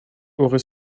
aurait